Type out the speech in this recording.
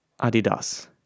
Adidas